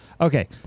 Okay